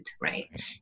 right